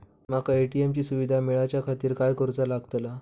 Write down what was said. माका ए.टी.एम ची सुविधा मेलाच्याखातिर काय करूचा लागतला?